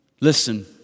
Listen